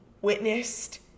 witnessed